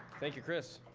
thank you, chris.